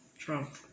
Trump